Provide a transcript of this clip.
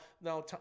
now